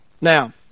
Now